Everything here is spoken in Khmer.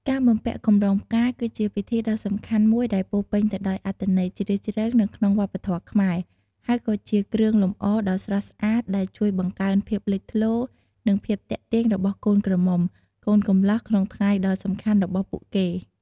ការបំពាក់កម្រងផ្កា គឺជាពិធីដ៏សំខាន់មួយដែលពោរពេញទៅដោយអត្ថន័យជ្រាលជ្រៅនៅក្នុងវប្បធម៌ខ្មែរ ហើយក៏ជាគ្រឿងលម្អដ៏ស្រស់ស្អាតដែលជួយបង្កើនភាពលេចធ្លោ និងភាពទាក់ទាញរបស់កូនក្រមុំ កូនកំលោះក្នុងថ្ងៃដ៏សំខាន់របស់ពួកគេ។